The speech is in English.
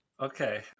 Okay